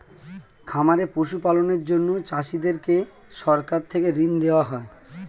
খামারে পশু পালনের জন্য চাষীদেরকে সরকার থেকে ঋণ দেওয়া হয়